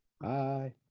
Bye